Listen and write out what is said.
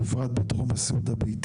בפרט בתחום הסיעוד הביתי